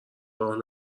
راه